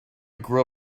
grew